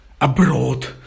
abroad